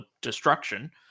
destruction